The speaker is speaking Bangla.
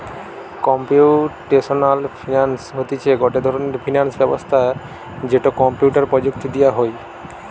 কম্পিউটেশনাল ফিনান্স হতিছে গটে ধরণের ফিনান্স ব্যবস্থা যেটো কম্পিউটার প্রযুক্তি দিয়া হই